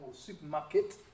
supermarket